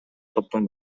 топтун